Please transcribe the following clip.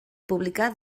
publicar